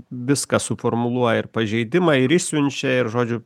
viską suformuluoja ir pažeidimą ir išsiunčia ir žodžiu